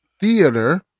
theater